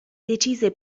decise